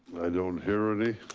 i don't hear any.